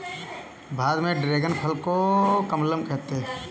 भारत में ड्रेगन फल को कमलम कहते है